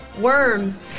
Worms